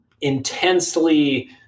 intensely